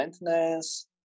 maintenance